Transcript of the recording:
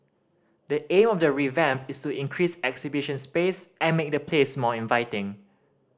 the aim of the revamp is to increase exhibition space and make the place more inviting